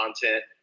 content –